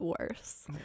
worse